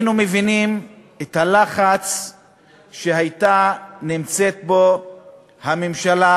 אנחנו מבינים את הלחץ שנמצאה בו הממשלה